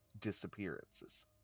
disappearances